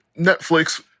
Netflix